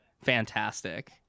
fantastic